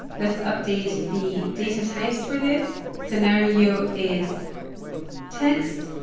let's update the data types for this scenario is text.